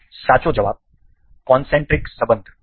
સાચો જવાબ કોનસેન્ટ્રિક સંબંધ છે